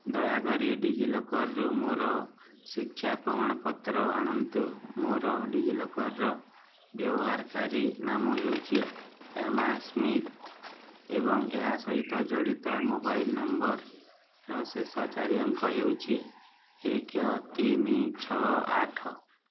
ଦୟାକରି ଡିଜିଲକର୍ରୁ ମୋର ଶିକ୍ଷା ପ୍ରମାଣପତ୍ର ଆଣନ୍ତୁ ମୋର ଡିଜିଲକର୍ ବ୍ୟବହାରକାରୀ ନାମ ହେଉଛି ଏମା ସ୍ମିଥ୍ ଏବଂ ଏହା ସହିତ ଜଡ଼ିତ ମୋବାଇଲ୍ ନମ୍ବରର ଶେଷ ଚାରି ଅଙ୍କ ହେଉଛି ଏକେ ତିନି ଛଅ ଆଠ